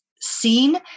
seen